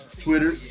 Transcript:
Twitter